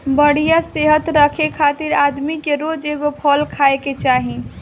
बढ़िया सेहत रखे खातिर आदमी के रोज एगो फल खाए के चाही